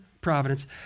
providence